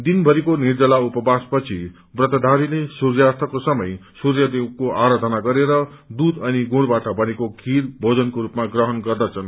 दिनभरिको निर्जला उपवासपछि व्रतधारीले सूर्योस्तको समय सूर्यदेवको आराधना गरेर दूध अनि गुँड़बाट बनेको खीर भेजनको रूपमा गंहरू गर्दछन्